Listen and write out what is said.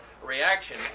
reaction